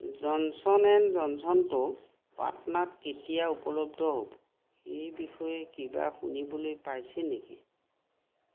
Johnson and জনচনটো পাটনাত কেতিয় উপলব্ধ হ'ব সেইবিষয়ে কিবা শুনিবলৈ পাইছে নেকি